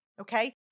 okay